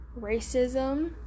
racism